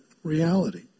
Reality